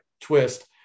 twist